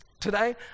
today